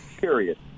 Period